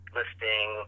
listing